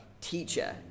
teacher